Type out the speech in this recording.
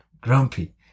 grumpy